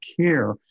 care